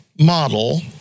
model